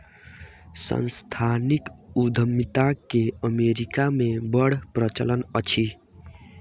सांस्थानिक उद्यमिता के अमेरिका मे बड़ प्रचलन अछि